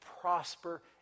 prosper